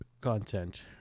content